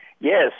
Yes